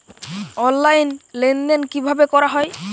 Online লেনদেন কিভাবে করা হয়?